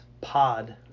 pod